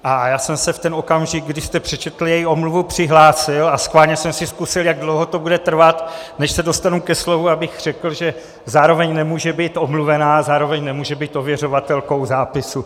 A já jsem se v ten okamžik, kdy jste přečetl její omluvu, přihlásil a schválně jsem si zkusil, jak dlouho to bude trvat, než se dostanu ke slovu, abych řekl, že zároveň nemůže být omluvena a zároveň nemůže být ověřovatelkou zápisu.